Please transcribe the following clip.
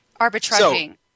Arbitraging